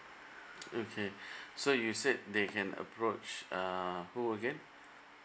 okay so you said they can approach uh who again